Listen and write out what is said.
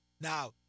Now